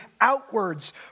outwards